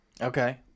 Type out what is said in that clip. Okay